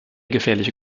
gefährliche